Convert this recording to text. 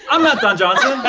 i'm not don johnson.